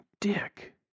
Dick